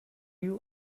you